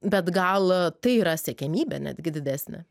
bet gal tai yra siekiamybė netgi didesnė